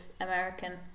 American